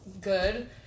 good